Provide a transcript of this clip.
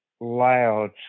loud